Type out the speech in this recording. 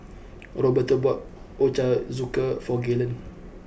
Roberto bought Ochazuke for Gaylen